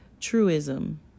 truism